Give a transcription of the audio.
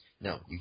No